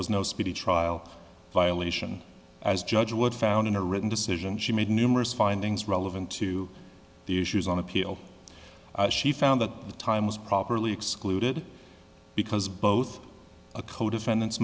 was no speedy trial violation as judge would found in a written decision she made numerous findings relevant to the issues on appeal she found that the time was properly excluded because both a co defendants